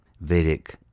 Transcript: Vedic